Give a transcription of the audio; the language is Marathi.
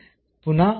तर पुन्हा हा